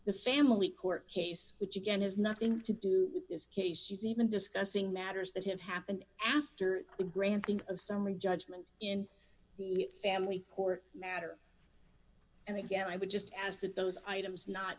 the family court case which again has nothing to do with this case she's even discussing matters that have happened after the granting of summary judgment in the family court matter and again i would just as that those items not